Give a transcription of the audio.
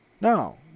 No